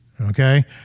Okay